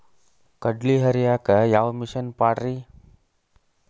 ಕಡ್ಲಿ ಹರಿಯಾಕ ಯಾವ ಮಿಷನ್ ಪಾಡ್ರೇ?